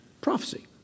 prophecy